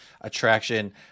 attraction